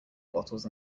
bottles